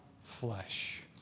flesh